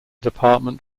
department